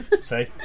say